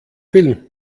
film